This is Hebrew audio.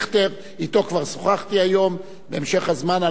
במשך הזמן,